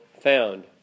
found